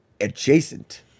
adjacent